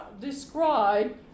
describe